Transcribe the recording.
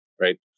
right